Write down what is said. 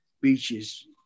beaches